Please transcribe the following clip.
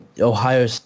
Ohio